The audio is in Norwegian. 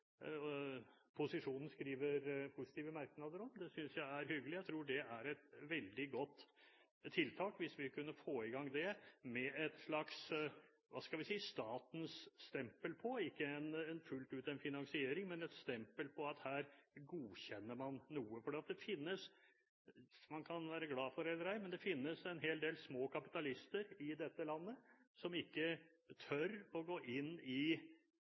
som posisjonen skriver positive merknader om. Det synes jeg er hyggelig. Jeg tror det er et veldig godt tiltak, hvis vi kunne få det i gang med et slags statens stempel på – ikke fullt ut en finansiering, men et stempel på at her godkjenner man noe. Man kan være glad for det eller ei, men det finnes en hel del små kapitalister i dette landet, som ikke tør å gå inn i